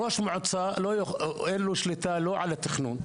ראש מועצה אין לו שליטה לא על התכנון,